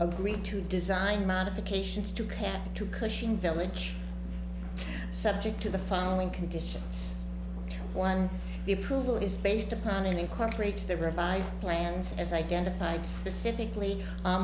agreed to design modifications to cat to cushing village subject to the following conditions one the approval is based upon incorporates the revised plans as identified specifically